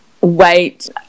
wait